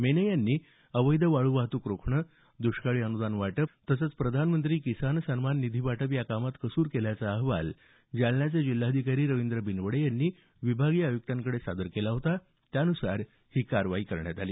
मेने यांनी अवैध वाळू वाहतुक रोखणे दुष्काळी अनुदान वाटप तसंच प्रधानमंत्री किसान सन्मान निधी वाटप या कामात कसूर केल्याचा अहवाल जालन्याचे जिल्हाधिकारी रवींद्र बिनवडे यांनी विभागीय आयुक्तांकडे सादर केला होता त्यानुसार ही कारवाई करण्यात आली